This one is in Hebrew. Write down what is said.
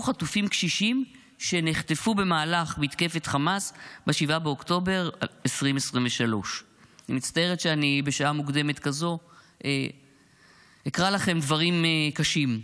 חטופים קשישים שנחטפו במהלך מתקפת חמאס ב-7 באוקטובר 2023. אני מצטערת שאני בשעה מוקדמת כזו אקרא לכם דברים קשים.